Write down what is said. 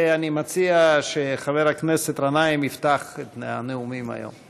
אני מציע שחבר הכנסת גנאים יפתח את הנאומים היום.